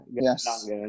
Yes